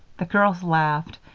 the girls laughed.